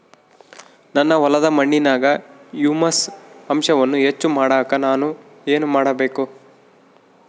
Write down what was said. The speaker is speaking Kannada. ನನ್ನ ಹೊಲದ ಮಣ್ಣಿನಾಗ ಹ್ಯೂಮಸ್ ಅಂಶವನ್ನ ಹೆಚ್ಚು ಮಾಡಾಕ ನಾನು ಏನು ಮಾಡಬೇಕು?